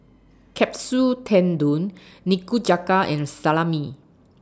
Kapsu Tendon Nikujaga and Salami